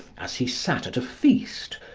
as he sat at a feast,